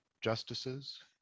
justices